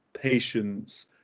patience